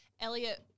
Elliot